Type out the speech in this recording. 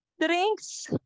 drinks